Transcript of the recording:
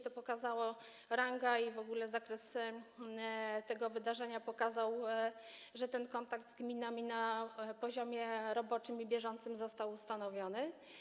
To pokazało, jaka jest ranga, i w ogóle zakres tego wydarzenia pokazał, że ten kontakt z gminami na poziomie roboczym i w sposób bieżący został ustanowiony.